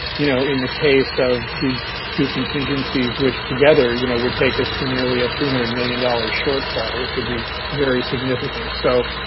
you know in the case of these two contingencies, which together, you know would take us to nearly a three hundred million dollars shortfall, which would be very significant. so,